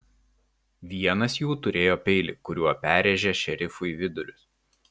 vienas jų turėjo peilį kuriuo perrėžė šerifui vidurius